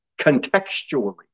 contextually